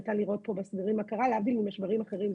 ניתן לראות פה מה קרה, להבדיל ממשברים אחרים.